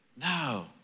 No